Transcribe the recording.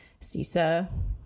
CISA